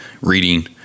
reading